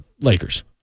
Lakers